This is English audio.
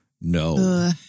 No